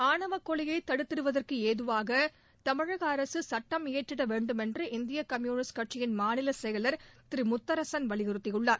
ஆணவக் கொலையை தடுத்திடுவதற்கு ஏதுவாக தமிழக அரசு சட்டம் இயற்றிட வேண்டும் என்று இந்திய கம்யூனிஸ்ட் கட்சியின் மாநில செயலர் திரு முத்தரசன் வலியுறுத்தியுள்ளார்